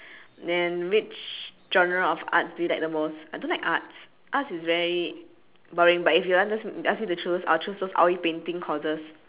then which genre of art do you like the most I don't like arts arts is very boring but if you ask if you ask me to choose I'll choose those oil painting courses